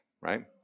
right